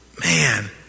Man